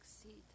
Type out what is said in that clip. succeed